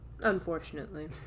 Unfortunately